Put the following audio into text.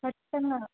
ఖచ్చితంగా